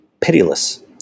Pitiless